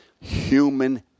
human